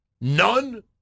none